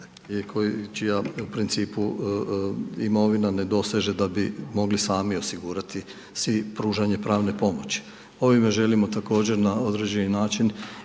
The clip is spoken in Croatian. imovina ne doseže da bi mogli samo osigurati si pružanje pravne pomoći. Ovime želimo također na određeni način